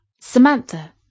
Samantha